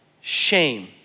Shame